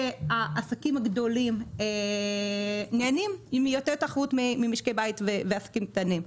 שהעסקים הגדולים נהנים מיותר תחרות ממשקי בית ומעסקים קטנים.